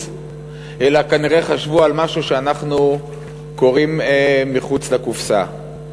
אלא כנראה חשבו על משהו שאנחנו קוראים לו "מחוץ לקופסה".